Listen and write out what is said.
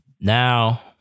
now